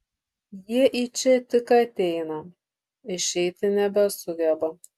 jie į čia tik ateina išeiti nebesugeba